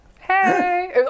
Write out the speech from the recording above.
Hey